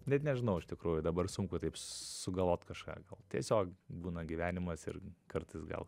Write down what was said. net nežinau iš tikrųjų dabar sunku taip sugalvot kažką tiesiog būna gyvenimas ir kartais gal